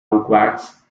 wax